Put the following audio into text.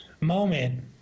moment